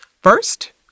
First